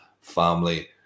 family